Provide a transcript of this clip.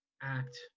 act